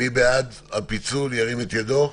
מי בעד הפיצול, ירים את ידו.